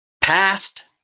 past